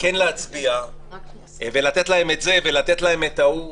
כן להצביע ולתת להם את זה ולתת להם את ההוא.